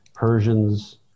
Persians